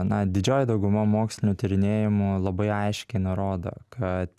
na didžioji dauguma mokslinių tyrinėjimų labai aiškiai nurodo kad